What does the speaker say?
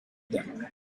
them